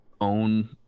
own